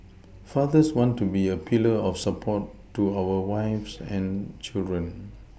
fathers want to be a pillar of support to our wives and children